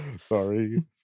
Sorry